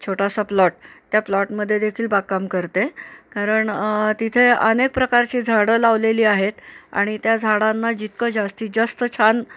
छोटासा प्लॉट त्या प्लॉटमध्ये देखील बागकाम करते कारण तिथे अनेक प्रकारची झाडं लावलेली आहेत आणि त्या झाडांना जितकं जास्तीत जास्त छान